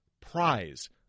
prize